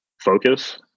focus